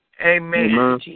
Amen